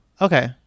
okay